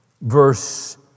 verse